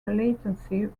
latency